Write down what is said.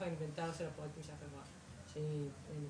האינוונטאר של הפרוייקטים שהחברה מתחזקת.